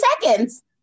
seconds